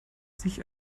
sich